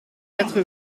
quatre